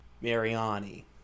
Mariani